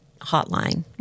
hotline